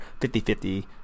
50-50